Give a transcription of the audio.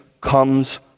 comes